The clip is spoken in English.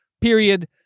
period